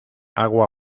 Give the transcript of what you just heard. agua